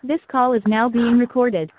this call is now being recorded